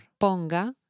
Ponga